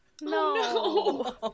no